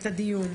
דיון